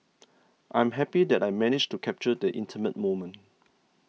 I'm happy that I managed to capture the intimate moment